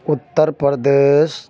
Uttar Pradesh